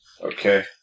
Okay